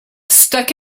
stuck